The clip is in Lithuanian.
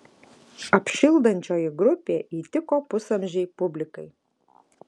apšildančioji grupė įtiko pusamžei publikai